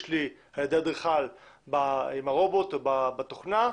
לה על ידי אדריכל עם הרובוט בתוכנה,